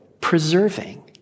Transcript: preserving